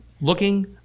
looking